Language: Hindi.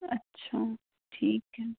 अच्छा ठीक है